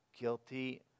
Guilty